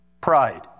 pride